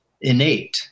innate